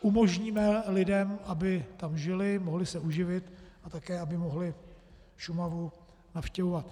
Umožníme lidem, aby tam žili, mohli se uživit a také aby mohli Šumavu navštěvovat.